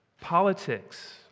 politics